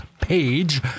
page